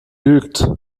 lügt